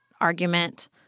argument